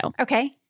Okay